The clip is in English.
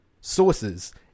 sources